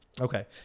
okay